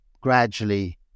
gradually